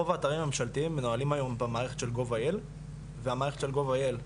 רוב האתרים הממשלתיים מנוהלים היום במערכת של gov.il והמערכת של gov.il,